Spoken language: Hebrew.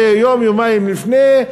ויום-יומיים לפני,